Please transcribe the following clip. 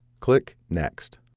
click next.